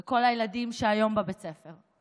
ועל כל הילדים שהיום בבית ספר,